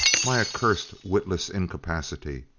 my accursed, witless incapacity!